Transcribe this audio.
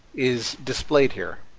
is displayed here,